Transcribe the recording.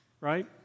right